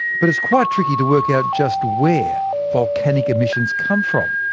but it's quite tricky to work out just where volcanic emissions come from.